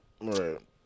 right